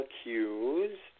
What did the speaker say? accused